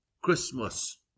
christmas